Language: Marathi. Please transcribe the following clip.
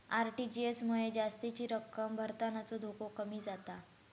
आर.टी.जी.एस मुळे जास्तीची रक्कम भरतानाचो धोको कमी जाता